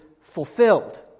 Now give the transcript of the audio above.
fulfilled